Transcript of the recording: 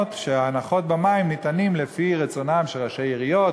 היו טענות שהנחות במים ניתנות לפי רצונם של אנשי עיריות,